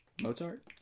Mozart